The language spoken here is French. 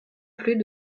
plus